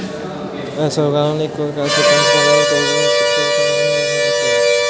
వేసవికాలంలో ఎక్కువగా కాసే పనస పళ్ళలో తొనలు, పిక్కలు తినడానికి పనికొస్తాయి